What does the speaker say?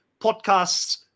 podcasts